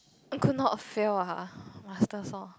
I could not fail ah masters loh